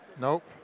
Nope